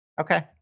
Okay